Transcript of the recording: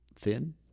thin